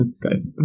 guys